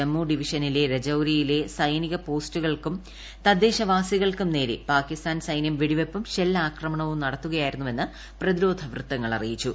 ജമ്മു ഡിവിഷനിലെ രജൌരിയിലെ സൈനിക പോസ്റ്റുകൾക്കും തദ്ദേശവാസികൾക്കും നേരെ പാകിസ്ഥാൻ സൈനൃം വെടിവയ്പ്പും ഷെല്ലാക്രമണവും നടത്തുകയായിരുന്നുവെന്ന് പ്രതിരോധ വൃത്തങ്ങൾ അറിയിച്ചു